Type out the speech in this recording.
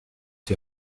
die